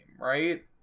right